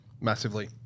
Massively